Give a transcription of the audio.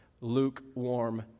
lukewarm